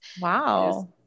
Wow